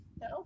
no